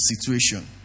situation